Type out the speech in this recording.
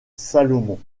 salomon